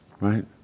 Right